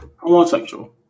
Homosexual